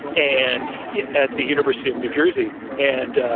and yeah at the university of new jersey, and